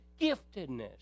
giftedness